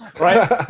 right